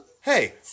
hey